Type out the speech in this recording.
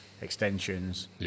extensions